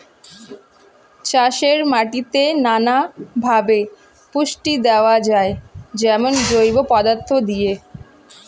চাষের মাটিতে নানা ভাবে পুষ্টি দেওয়া যায়, যেমন জৈব পদার্থ দিয়ে